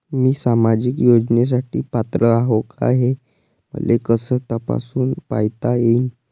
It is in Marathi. मी सामाजिक योजनेसाठी पात्र आहो का, हे मले कस तपासून पायता येईन?